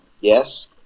Yes